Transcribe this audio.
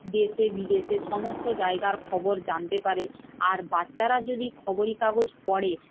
দেশে বিদেশে সমস্ত জায়গার খবর জানতে পারে আর বাচ্চারা যদি খবরে কাগজ পড়ে